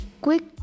quick